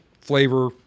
flavor